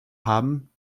haben